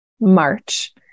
March